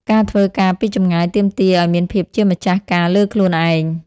ការធ្វើការពីចម្ងាយទាមទារឱ្យមានភាពជាម្ចាស់ការលើខ្លួនឯង។